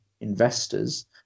investors